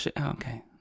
Okay